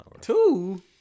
Two